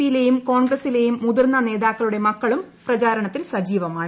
പിയിലെയും കോൺഗ്രസിലെയും മുതിർന്ന നേതാക്കളുടെ മക്കളും പ്രചാരണത്തിൽ സജീവമാണ്